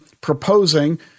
proposing